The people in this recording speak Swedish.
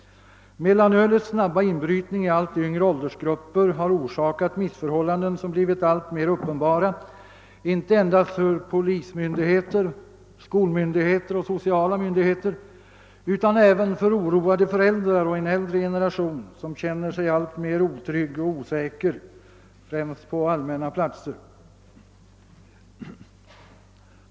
Mellanölets snabba inbrytning i allt yngre åldersgrupper har orsakat missförhållanden som blivit alltmer uppenbara inte endast för polismyndigheter, skolmyndigheter och sociala myndigheter, utan även för oroade föräldrar och för en äldre generation, som känner sig alltmer otrygg och osäker, bl.a. på allmänna platser.